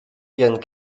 ihren